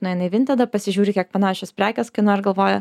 nueina į vintedą pasižiūri kiek panašios prekės kainuoja ir galvoja